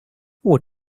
what